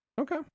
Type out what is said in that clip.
Okay